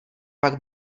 pak